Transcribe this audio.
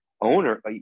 owner